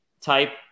type